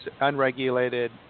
unregulated